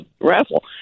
raffle